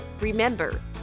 Remember